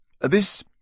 This